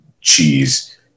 cheese